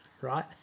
right